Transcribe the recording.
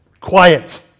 Quiet